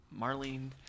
Marlene